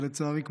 ולצערי,